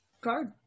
Card